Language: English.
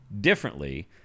differently